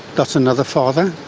that's another father.